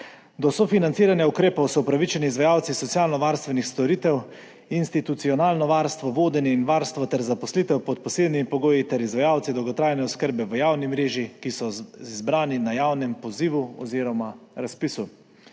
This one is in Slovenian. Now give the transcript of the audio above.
Do sofinanciranja ukrepov so upravičeni izvajalci socialnovarstvenih storitev, institucionalno varstvo, vodenje in varstvo ter zaposlitev pod posebnimi pogoji ter izvajalci dolgotrajne oskrbe v javni mreži, ki so izbrani na javnem pozivu oziroma razpisu.